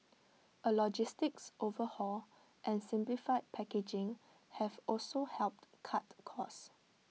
A logistics overhaul and simplified packaging have also helped cut costs